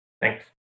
Thanks